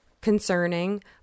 concerning